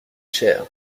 chers